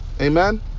Amen